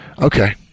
okay